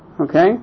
Okay